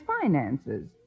finances